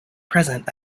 present